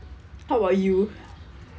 how about you